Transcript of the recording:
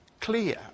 clear